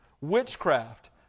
witchcraft